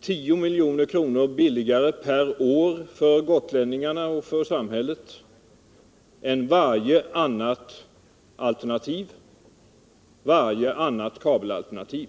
10 milj.kr. billigare per år för gotlänningarna och för samhället än varje kabelalternativ.